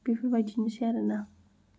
बेफोरबायदिनोसै आरो ना